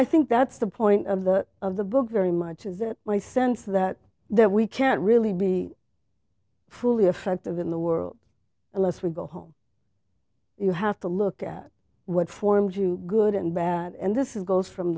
i think that's the point of that of the book very much is that my sense that that we can't really be fully effective in the world unless we go home you have to look at what forms you good and bad and this is goes from